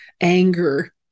anger